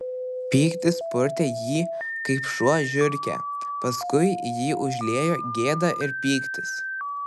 pyktis purtė jį kaip šuo žiurkę paskui jį užliejo gėda ir pyktis